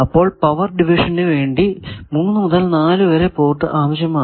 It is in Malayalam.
അപ്പോൾ പവർ ഡിവിഷനു വേണ്ടി 3 4 പോർട്ട് ആവശ്യമാണ്